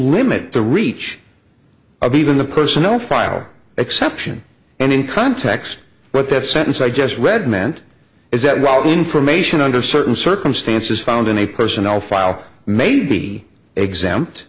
limit the reach of even the personal file exception and in context what that sentence i just read meant is that while the information under certain circumstances found in a personnel file may be exempt